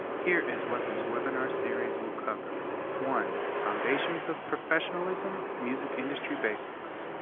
here is what this webinar series will cover one. foundations of professionalism music industry basics.